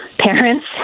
Parents